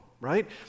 right